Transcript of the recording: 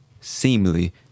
seemly